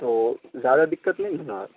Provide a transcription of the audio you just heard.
تو زیادہ دقت نہیں ہے نا